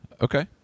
Okay